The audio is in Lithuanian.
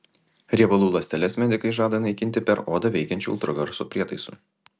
riebalų ląsteles medikai žada naikinti per odą veikiančiu ultragarso prietaisu